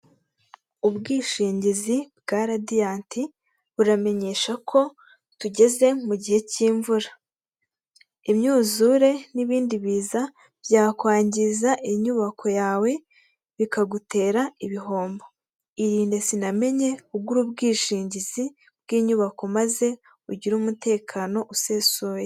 Ubwishingizi bwa radiyanti buramenyesha ko tugeze mu gihe cy'imvura imyuzure n'ibindi biza byakwangiza inyubako yawe, bikagutera ibihombo irinde sinamenye ugura ubwishingizi bw'inyubako maze ugire umutekano usesuye.